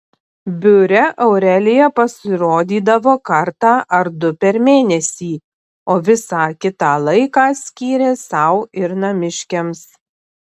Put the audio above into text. biure aurelija pasirodydavo kartą ar du per mėnesį o visą kitą laiką skyrė sau ir namiškiams